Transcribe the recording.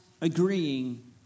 agreeing